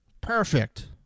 Perfect